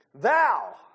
Thou